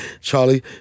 Charlie